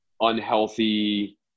unhealthy